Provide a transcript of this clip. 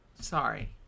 Sorry